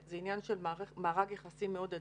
זה עניין של מארג יחסים מאוד עדין.